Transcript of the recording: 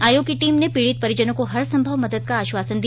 आयोग की टीम ने पीड़ित परिजनों को हरसंभव मदद का आश्वासन दिया